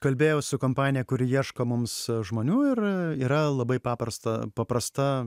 kalbėjau su kompanija kuri ieško mums žmonių ir yra labai paprasta paprasta